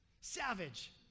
Savage